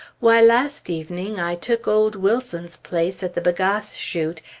why, last evening i took old wilson's place at the bagasse shoot,